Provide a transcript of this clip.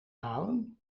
halen